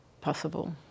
possible